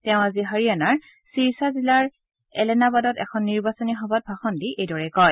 তেওঁ আজি হাৰিয়ানাৰ শিৰসা জিলাৰ এলেনাবাদত এখন নিৰ্বাচনী সভাত ভাষণ দি এইদৰে কয়